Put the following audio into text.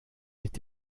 est